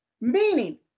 meaning